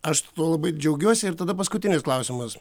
aš tuo labai džiaugiuosi ir tada paskutinis klausimas